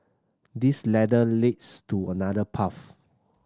this ladder leads to another path